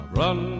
run